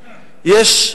יש,